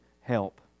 help